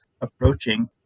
approaching